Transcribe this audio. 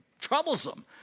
troublesome